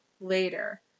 later